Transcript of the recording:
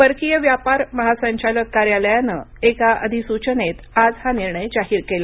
परकीय व्यापार महासंचालक कार्यालयानं एका अधिसूचनेत आज हा निर्णय जाहीर केला